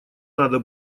надо